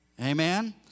amen